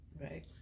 Right